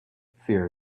fear